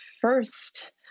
first